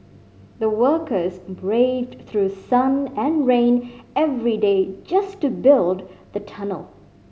the workers braved through sun and rain every day just to build the tunnel